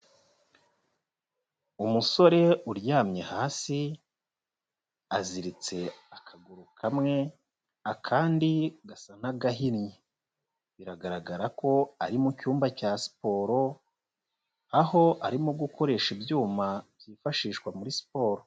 Umusore uryamye hasi, aziritse akaguru kamwe akandi gasa nk'agahinnye. Biragaragara ko ari mu cyumba cya siporo, aho arimo gukoresha ibyuma byifashishwa muri siporo.